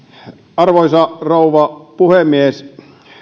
arvoisa rouva puhemies